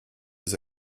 des